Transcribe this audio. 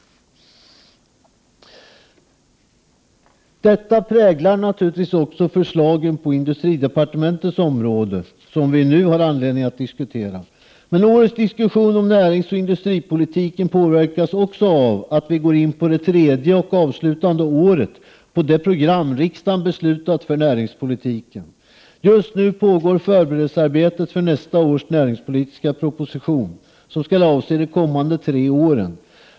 Detta präglar naturligtvis också de förslag på industridepartementets område som vi nu diskuterar. Men årets diskussion om näringsoch industripolitiken påverkas också av att vi går in på det tredje och avslutande året av det program riksdagen beslutat för näringspolitiken. Just nu pågår förberedelsearbetet för nästa års näringspolitiska proposition, som skall avse de kommande tre åren.